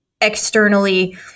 externally